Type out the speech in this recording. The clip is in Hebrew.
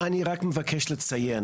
אני רק מבקש לציין